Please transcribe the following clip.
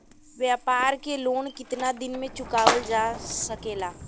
व्यापार के लोन कितना दिन मे चुकावल जा सकेला?